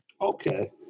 Okay